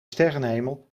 sterrenhemel